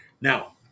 Now